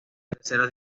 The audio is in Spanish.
tercera